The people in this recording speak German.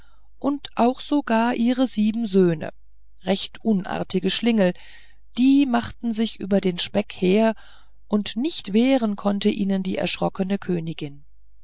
und auch sogar ihre sieben söhne recht unartige schlingel die machten sich über den speck her und nicht wehren konnte ihnen die erschrockene königin